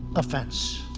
a fence,